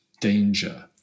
danger